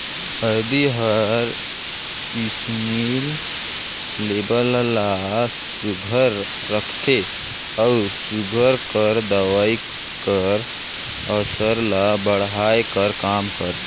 हरदी हर इंसुलिन लेबल ल सुग्घर राखथे अउ सूगर कर दवई कर असर ल बढ़ाए कर काम करथे